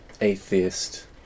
atheist